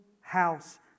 house